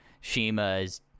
shima's